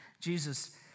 Jesus